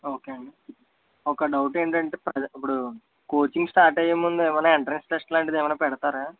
okay అండి ఒక doubt ఏంటంటే ఇప్పుడు కోచింగ్ స్టార్ట్ అయ్యేముందు ఏమైనా ఎంట్రెన్స్ టెస్ట్ లాంటిది ఏమైనా పెడతారా